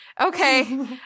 Okay